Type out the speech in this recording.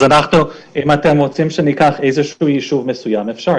אם אתם רוצים שניקח יישוב מסוים אפשר,